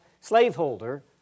slaveholder